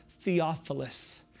Theophilus